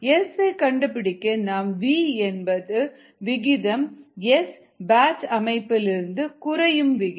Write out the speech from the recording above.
S ஐ கண்டுபிடிக்க நாம் வி என்பது விகிதம் S பேட்ச் அமைப்பிலிருந்து குறையும் விகிதம்